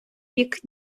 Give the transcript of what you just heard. вік